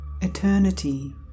Eternity